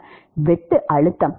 மாணவர் வெட்டு அழுத்தம்